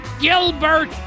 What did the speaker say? Gilbert